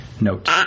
Note